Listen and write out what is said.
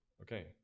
Okay